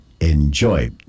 enjoy